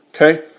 okay